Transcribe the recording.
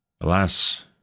Alas